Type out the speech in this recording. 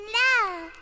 love